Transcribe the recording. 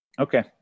Okay